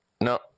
No